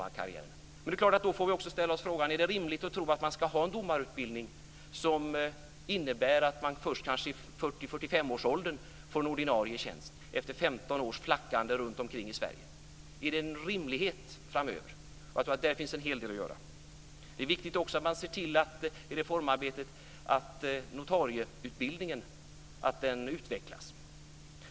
Men då får vi också ställa oss frågan: Är det rimligt att tro att man ska ha en domarutbildning som innebär att man först kanske i 40-45-årsåldern får en ordinarie tjänst efter 15 års flackande runt om i Sverige? Jag tror att det finns en hel del att göra där. Det är också viktigt i reformarbetet att man ser till att notarieutbildningen utvecklas.